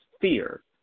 fear